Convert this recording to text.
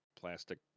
plastic